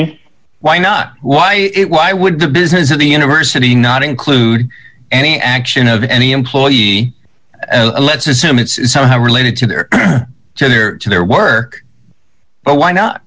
me why not why it why would the business of the university not include any action of any employee let's assume it's somehow related to their gender to their work but why not